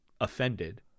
offended